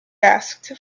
asked